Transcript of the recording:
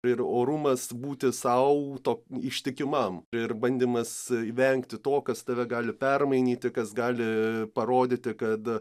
ir orumas būti sau to ištikimam ir bandymas vengti to kas tave gali permainyti kas gali parodyti kad